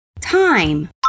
time